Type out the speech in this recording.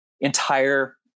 entire